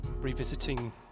revisiting